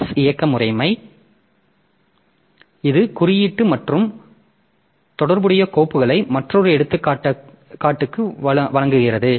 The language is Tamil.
எஸ் இயக்க முறைமை இது குறியீட்டு மற்றும் தொடர்புடைய கோப்புகளை மற்றொரு எடுத்துக்காட்டுக்கு வழங்குகிறது